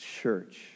church